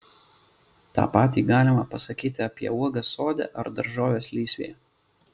tą patį galima pasakyti apie uogas sode ar daržoves lysvėje